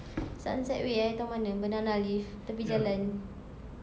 sunset way I tahu mana banana leaf tepi jalan